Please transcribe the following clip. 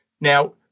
Now